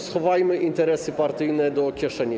Schowajmy interesy partyjne do kieszeni.